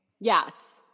yes